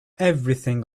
everything